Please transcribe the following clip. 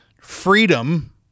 Freedom